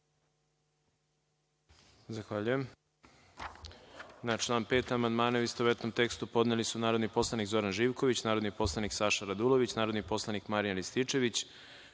Zahvaljujem. Na član 5. amandmane, u istovetnom tekstu, podneli su narodni poslanik Zoran Živković, narodni poslanik Saša Radulović, narodni poslanik Marijan Rističević,